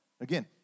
Again